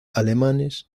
alemanes